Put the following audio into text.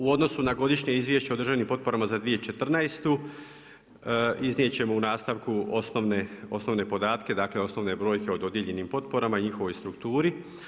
U odnosu na godišnje izvješća o državnim potporama za 2014. iznijeti ćemo u nastavku osnovne podatke, dakle, osnovne brojke o dodijeljenim potporama i njihovoj strukturi.